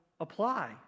apply